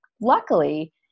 Luckily